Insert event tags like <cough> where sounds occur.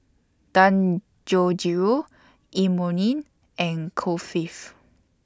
Dangojiru Imoni and Kulfi <noise>